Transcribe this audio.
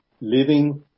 living